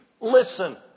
listen